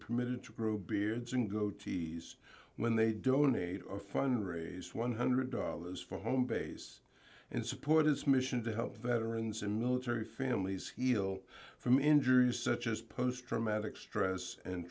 permitted to grow beards in goatees when they donate a fundraiser one hundred dollars for home base and support his mission to help veterans and military families heal from injuries such as post traumatic stress and